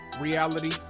Reality